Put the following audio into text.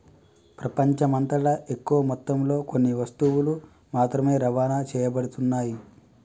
ప్రపంచమంతటా ఎక్కువ మొత్తంలో కొన్ని వస్తువులు మాత్రమే రవాణా చేయబడుతున్నాయి